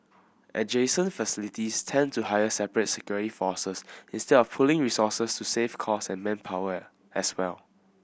adjacent facilities tend to hire separate security forces instead of pooling resources to save costs and manpower as well